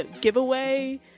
giveaway